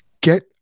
Get